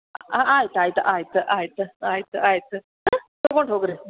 ಹಾಂ ಆಯ್ತು ಆಯ್ತು ಆಯ್ತು ಆಯ್ತು ಆಯ್ತು ಆಯ್ತು ಹಾಂ ತಗೊಂಡು ಹೋಗಿ ರೀ